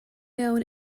own